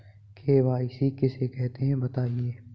KYC किसे कहते हैं बताएँ?